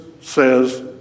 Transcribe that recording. says